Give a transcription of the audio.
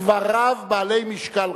דבריו בעלי משקל רב.